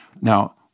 Now